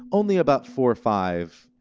only about four or five